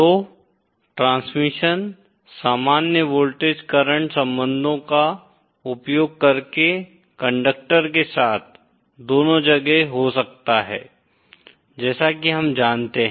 तो ट्रांसमिशन सामान्य voltage current संबंधों का उपयोग करके कंडक्टर के साथ दोनों जगह हो सकता है जैसा की हम जानते हैं